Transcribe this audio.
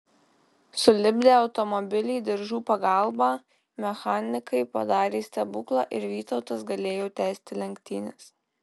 sulipdę automobilį diržų pagalbą mechanikai padarė stebuklą ir vytautas galėjo tęsti lenktynes